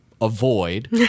avoid